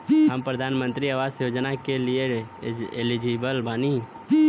हम प्रधानमंत्री आवास योजना के लिए एलिजिबल बनी?